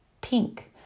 pink